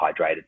hydrated